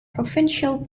provincial